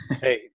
hey